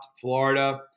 Florida